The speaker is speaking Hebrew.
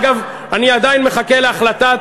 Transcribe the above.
אגב, אני עדיין מחכה להחלטת,